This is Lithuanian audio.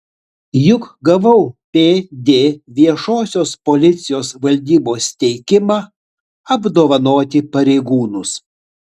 juk gavau pd viešosios policijos valdybos teikimą apdovanoti pareigūnus